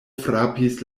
frapis